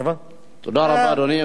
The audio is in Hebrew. תודה רבה, אדוני.